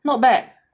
not bad